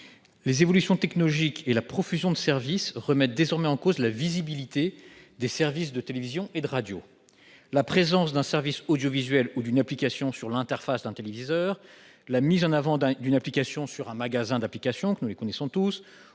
Les évolutions technologiques et la profusion de services remettent désormais en cause la visibilité des services de télévision et de radio. La présence d'un service audiovisuel ou d'une application sur l'interface d'un téléviseur, la mise en avant d'une application sur un magasin d'applications, ou encore l'intégration d'un